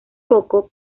poco